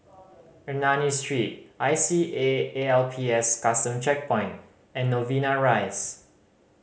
Ernani Street I C A A L P S Custom Checkpoint and Novena Rise